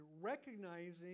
recognizing